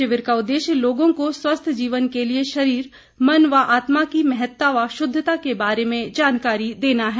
शिविर का उद्देश्य लोगों को स्वस्थ जीवन के लिये शरीर मन व आत्मा की महत्ता व शुद्धता के बारे में जानकारी देना है